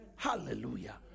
Hallelujah